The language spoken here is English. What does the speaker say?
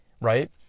right